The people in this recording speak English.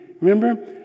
Remember